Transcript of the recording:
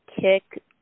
kick